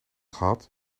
gehad